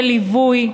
של ליווי,